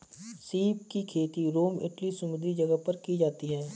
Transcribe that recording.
सीप की खेती रोम इटली समुंद्री जगह पर की जाती है